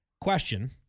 Question